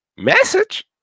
Message